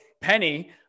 Penny